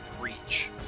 reach